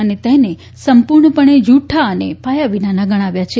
અને તેને સંપૂર્ણપણે જૂઠા અને પાયાવિનાના ગણાવ્યા છે